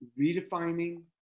redefining